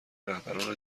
رهبران